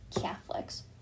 Catholics